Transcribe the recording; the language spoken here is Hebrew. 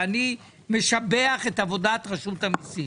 ואני משבח את עבודת רשות המיסים.